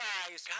eyes